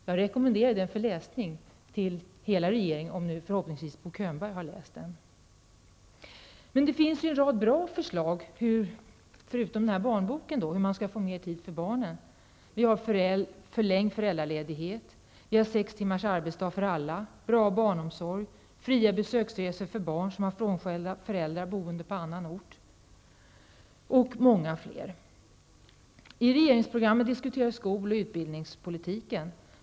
Jag rekommenderar den boken till läsning för hela regeringen, och Bo Könberg har förhoppningsvis läst den. Det finns ju faktiskt en hel del bra förslag, förutom i den här barnboken, om hur man skall få mer tid till barnen: förlängd föräldraledighet, sex timmars arbetsdag för alla, en bra barnomsorg, fria besöksresor för barn, som har sina frånskilda föräldrar boende på annan ort, osv. I regeringsprogrammet diskuteras skol och utbildningspolitiken.